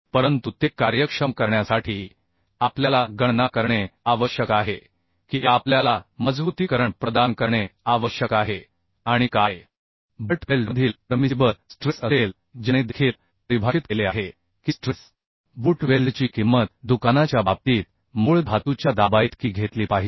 परंतु ते कार्यक्षम करण्यासाठी आपल्याला गणना करणे आवश्यक आहे की आपल्याला मजबुतीकरण प्रदान करणे आवश्यक आहे आणि बट वेल्डमधील परमिसिबल स्ट्रेस काय असेल ज्याने देखील परिभाषित केले आहे की स्ट्रेस बुट वेल्डची किंमत शॉपच्या बाबतीत मूळ धातूच्या दाबाइतकी घेतली पाहिजे